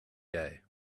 day